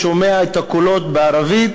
ששומע את הקולות בערבית,